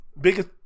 Biggest